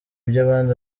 byabindi